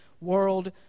world